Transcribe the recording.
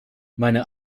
meine